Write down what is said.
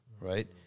right